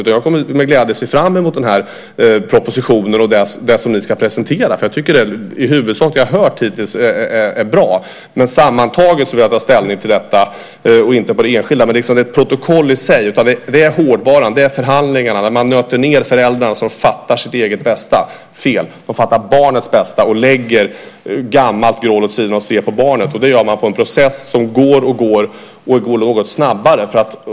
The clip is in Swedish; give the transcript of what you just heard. Jag kommer att med glädje se fram emot den här propositionen och det som ni ska presentera. Det jag har hört hittills tycker jag i huvudsak är bra. Sammantaget vill jag ta ställning till detta och inte till protokollet i sig. Det är hårdvaran och förhandlingarna där man nöter ned föräldrarna så att de fattar barnets bästa och lägger gammalt groll åt sidan och ser på barnet. Det gör man i en process som går och som går något snabbare.